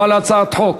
לא על הצעת חוק,